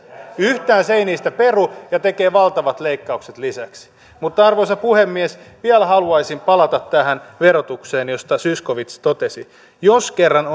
yhtään se ei niistä peru ja tekee valtavat leikkaukset lisäksi mutta arvoisa puhemies vielä haluaisin palata tähän verotukseen josta zyskowicz totesi jos kerran